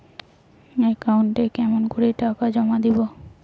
একাউন্টে কেমন করি টাকা জমা দিম?